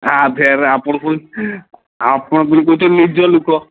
ଆ ଫେରେ ଆପଣ କହୁଛନ୍ତି ଆପଣ ପୁଣି କହୁଛନ୍ତି ନିଜ ଲୁକ